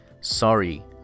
sorry